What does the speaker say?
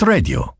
Radio